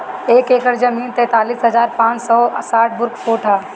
एक एकड़ जमीन तैंतालीस हजार पांच सौ साठ वर्ग फुट ह